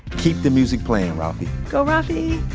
keep the music playing, rafi go rafi!